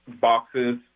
boxes